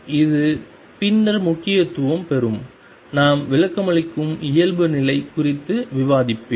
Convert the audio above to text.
இது பின்னர் முக்கியத்துவம் பெறும் நான் விளக்கமளிக்கும் இயல்புநிலை குறித்து விவாதிப்பேன்